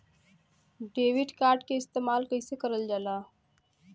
Debit card के इस्तेमाल कइसे करल जाला?